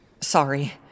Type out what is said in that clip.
Sorry